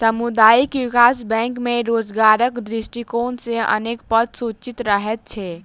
सामुदायिक विकास बैंक मे रोजगारक दृष्टिकोण सॅ अनेक पद सृजित रहैत छै